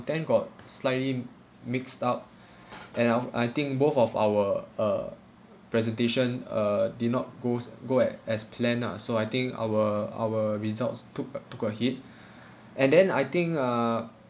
got slightly mixed up and of I think both of our uh presentation uh did not goes go at as planned lah so I think our our results took took a hit and then I think uh